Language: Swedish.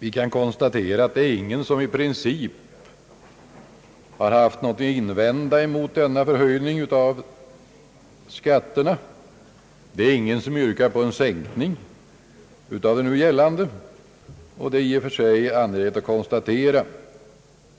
Vi kan konstatera att ingen i princip har haft någonting att invända mot denna höjning av skatterna och att ingen yrkar på en sänkning av de nu gällande skatterna. Det är i och för sig angeläget att konstatera